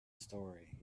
story